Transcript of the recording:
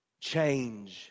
Change